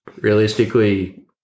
Realistically